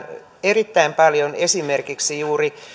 erittäin paljon esimerkiksi juuri